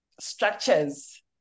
structures